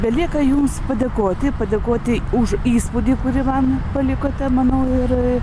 belieka jums padėkoti padėkoti už įspūdį kurį man palikote manau ir